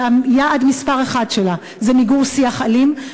שהיעד מספר אחת שלה הוא מיגור שיח אלים.